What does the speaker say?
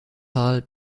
dann